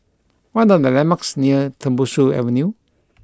what are the landmarks near Tembusu Avenue